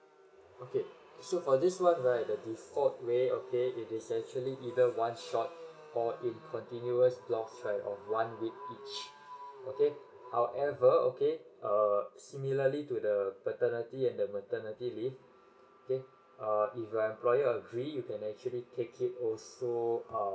okay so for this one right the default way okay it is actually either one shot or in continuous blocks right of one week each okay however okay err similarly to the paternity and the maternity leave okay err if the employer agree you can actually take it also err